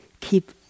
keep